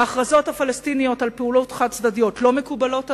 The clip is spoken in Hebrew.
ההכרזות הפלסטיניות על פעולות חד-צדדיות לא מקובלות עלינו,